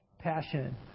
Passion